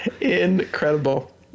Incredible